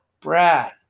Brad